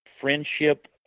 friendship